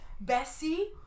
Bessie